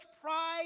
pride